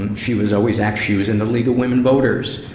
um she was always act, she was in the league of women voters.